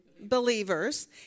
believers